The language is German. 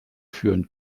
führen